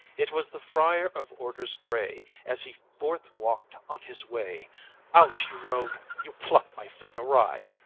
it was the friar of orders grey, as he forth walked on his way out, you rogue! you pluck my foot awry